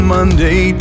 Monday